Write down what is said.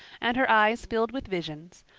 and her eyes filled with visions,